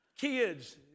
Kids